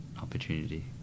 opportunity